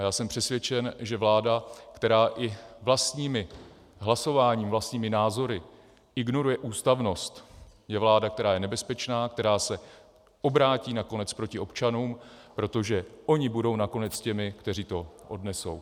Já jsem přesvědčen, že vláda, která i vlastním hlasováním, vlastními názory ignoruje ústavnost, je vláda, která je nebezpečná, která se obrátí nakonec proti občanům, protože oni budou nakonec těmi, kteří to odnesou.